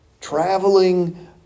traveling